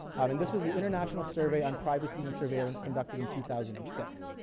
um and this was the international survey on privacy and surveillance conducted in two thousand and six.